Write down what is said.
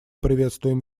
приветствуем